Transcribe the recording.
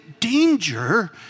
danger